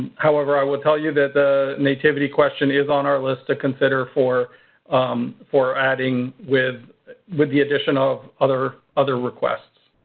however i will tell you that the nativity question is on our list to consider for for adding with with the addition of other other requests.